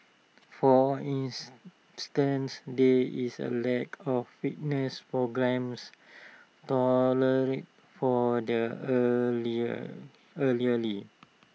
for instance there is A lack of fitness programmes tailored for their